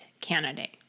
candidate